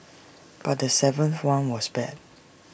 but the seventh one was bad